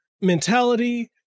mentality